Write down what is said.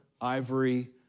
ivory